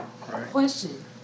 Question